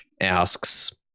asks